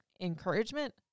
encouragement